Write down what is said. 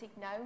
No